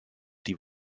die